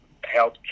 health